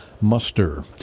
muster